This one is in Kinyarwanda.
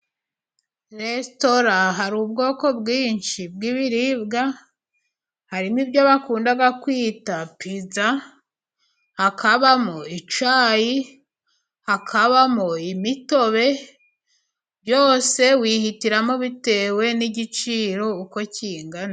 Resitora hari ubwoko bwinshi bw'ibiribwa. Harimo ibyo bakunda kwita piza, hakabamo icyayi, hakabamo imitobe, byose wihitiramo bitewe n'igiciro uko kingana.